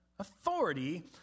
authority